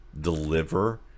deliver